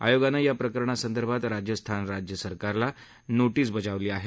आयोगानं या प्रकरणासंदर्भात राजस्थान राज्य सरकारला नोटीस बजावली आहे